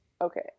Okay